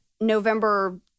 November